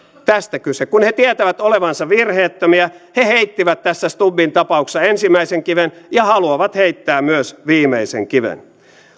tästä kyse kun he tietävät olevansa virheettömiä he heittivät tässä stubbin tapauksessa ensimmäisen kiven ja haluavat heittää myös viimeisen kiven